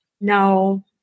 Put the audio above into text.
No